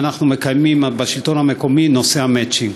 מקיימים בשלטון המקומי את נושא המצ'ינג.